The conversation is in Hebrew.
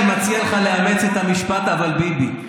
אני מציע לך לאמץ את המשפט "אבל ביבי".